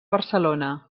barcelona